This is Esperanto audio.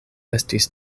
estis